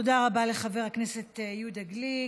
תודה רבה לחבר הכנסת יהודה גליק.